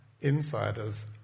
insiders